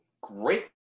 great